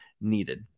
needed